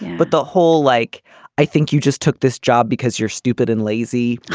but the whole like i think you just took this job because you're stupid and lazy.